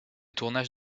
tournage